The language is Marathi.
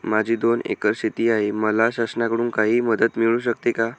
माझी दोन एकर शेती आहे, मला शासनाकडून काही मदत मिळू शकते का?